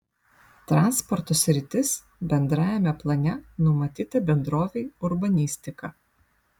transporto sritis bendrajame plane numatyta bendrovei urbanistika